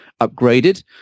upgraded